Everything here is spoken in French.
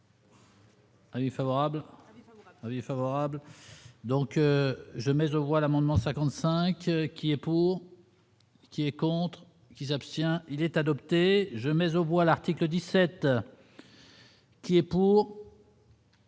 Ali favorable : avis favorable donc je mais au revoir Mandement 55. Qui est pour, qui est contre. Qui s'abstient, il est adopté, je mais au bout, à l'article 17. Qui est pour.